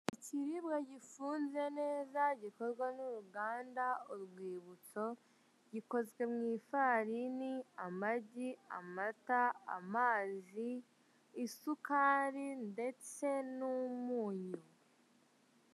Ikiribwa gifunze neza gikorwa n'uruganda Urwibutso gikozwe mu ifarini, amagi, amata, amazi, isukari ndetse n'umunyu.